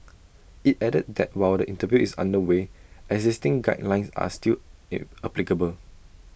IT added that while the review is under way existing guidelines are still applicable